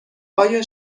آیا